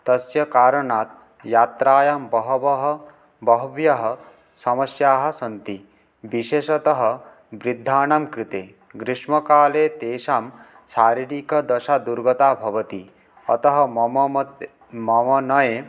तस्य कारणात् यात्रायां बहवः बह्व्यः समस्याः सन्ति विशेषतः वृद्धानां कृते ग्रीष्मकाले तेषां शारीरिकदशा दुर्गता भवति अतः मम मत् मम नये